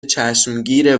چشمگیر